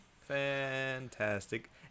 fantastic